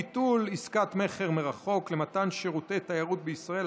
ביטול עסקת מכר מרחוק למתן שירותי תיירות בישראל),